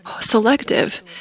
Selective